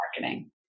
marketing